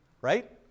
right